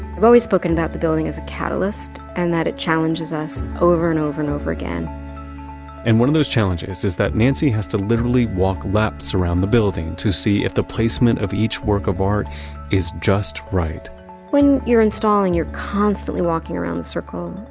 i've always spoken about the building as a catalyst and that it challenges us over and over and over again and one of those challenges is that nancy has to literally walk laps around the building to see if the placement of each work of art is just right when you're installing, you're constantly walking around the circle.